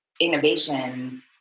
innovation